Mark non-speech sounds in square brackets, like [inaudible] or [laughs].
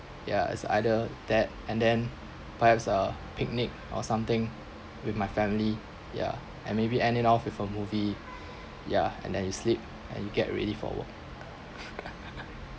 ya is either that and then perhaps a picnic or something with my family yeah and maybe end it off with a movie ya and then you sleep and you get ready for work [laughs]